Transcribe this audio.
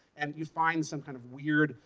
and you find some kind of weird,